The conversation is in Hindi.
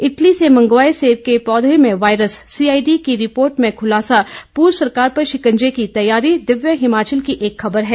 इटली से मंगवाए सेब के पौधों में वायरस सीआईडी की रिपोर्ट में खुलासा पूर्व सरकार पर शिकंजे की तैयारी दिव्य हिमाचल की एक खबर है